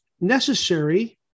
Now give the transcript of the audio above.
necessary